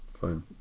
fine